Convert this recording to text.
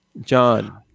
John